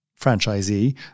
franchisee